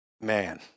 man